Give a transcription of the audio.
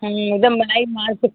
हाँ एक दम मलाई मार के